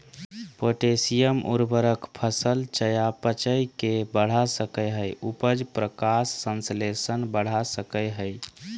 potassium उर्वरक फसल चयापचय के बढ़ा सकई हई, उपज, प्रकाश संश्लेषण बढ़ा सकई हई